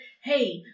hey